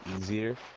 easier